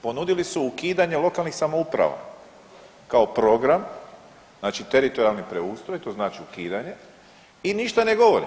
Ponudili su ukidanje lokalnih samouprava, kao program, znači teritorijalni preustroj, to znači ukidanje i ništa ne govore.